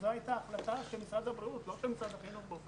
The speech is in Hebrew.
זו הייתה החלטה של משרד הבריאות ולא של משרד החינוך.